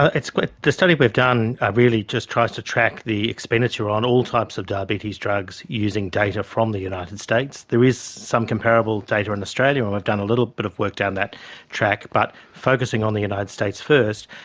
ah the study we've done really just tries to track the expenditure on all types of diabetes drugs, using data from the united states. there is some comparable data in australia and we've done little bit of work down that track, but focusing on the united states first,